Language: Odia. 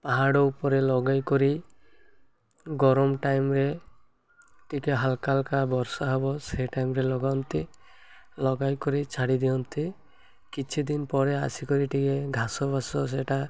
ପାହାଡ଼ ଉପରେ ଲଗାଇକିରି ଗରମ ଟାଇମ୍ରେେ ଟିକେ ହାଲ୍କା ହଲ୍କା ବର୍ଷା ହେବ ସେ ଟାଇମ୍ରେ ଲଗାନ୍ତି ଲଗାଇ କରିରି ଛାଡ଼ି ଦିଅନ୍ତି କିଛି ଦିନ ପରେ ଆସିକରି ଟିକେ ଘାସବାସ ସେଟା